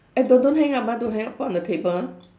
eh do~ don't hang up ah don't hang up put on the table ah